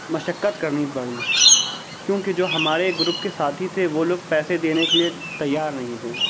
مشقت کرنی پڑی کیوںکہ جو ہمارے گروپ کے ساتھی تھے وہ لوگ پیسے دینے کے لیے تیار نہیں تھے